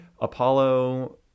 Apollo